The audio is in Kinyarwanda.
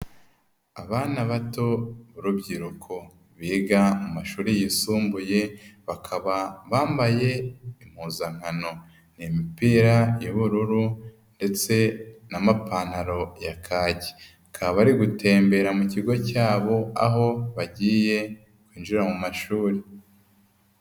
Abana bato rubyiruko biga mu mashuri yisumbuye, bakaba bambaye impuzankano imipira y'ubururu, ndetse n'amapantaro ya kake kaba bari gutembera mu kigo cyabo aho bagiye kwinjira mu mashuri.